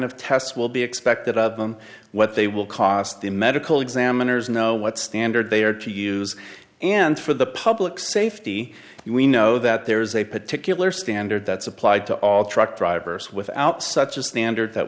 of tests will be expected of them what they will cost the medical examiners know what standard they are to use and for the public safety we know that there is a particular standard that's applied to all truck drivers without such a standard that